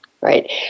right